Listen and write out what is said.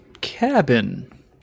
cabin